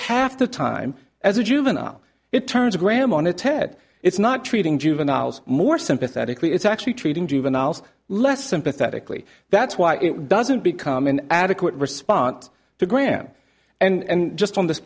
half the time as a juvenile it turns graham on its head it's not treating juveniles more sympathetically it's actually treating juveniles less sympathetically that's why it doesn't become an adequate response to graham and just on this